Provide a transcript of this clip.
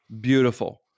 beautiful